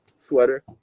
sweater